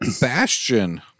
Bastion